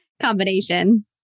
combination